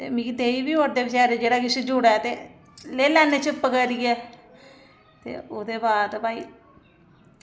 ते मिगी देई बी ओड़दे बचैरे जे किश जुड़े ते लेई लैन्ने चुप्प करियै ते ओह्दे बाद भई